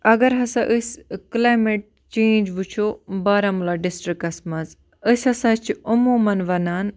اَگر ہسا أسۍ کٕلَیمیٹ چینٛج وٕچھو بارہمولہ ڈِسٹِرٛکَس مَنٛز أسۍ ہَسا چھِ عموماً وَنان